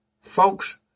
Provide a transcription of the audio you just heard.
Folks